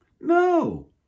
No